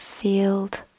field